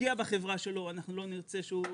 משקיע בחברה שלו אנחנו לא נרצה שהוא